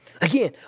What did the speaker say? Again